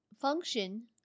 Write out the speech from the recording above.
function